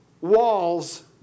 Walls